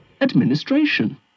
administration